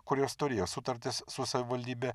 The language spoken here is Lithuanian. kurios turėjo sutartis su savivaldybe